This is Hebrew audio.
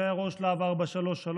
שהיה ראש להב 433,